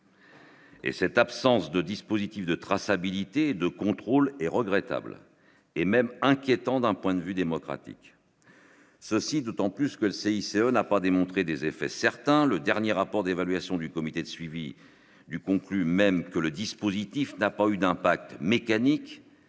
Et cette absence de dispositifs de traçabilité et de contrôle et regrettable et même inquiétant d'un point de vue démocratique, ceci d'autant plus que le CICE n'a pas démontré des effets certains le dernier rapport d'évaluation du comité de suivi du conclut même que le dispositif n'a pas eu d'impact mécanique